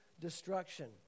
destruction